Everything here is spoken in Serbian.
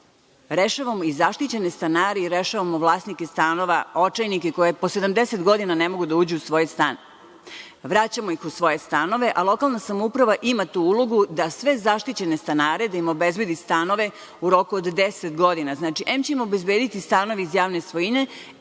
rešavamo i zaštićene stanare i rešavamo vlasnike stanova, očajnike koji po 70 godina ne mogu da uđu u svoj stan. Vraćamo ih u svoje stanove, a lokalna samouprava ima tu ulogu da sve zaštićene stanare, da im obezbedi stanove u roku od 10 godina. Znači, em ćemo im obezbediti stanove iz javne svojine,